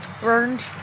burned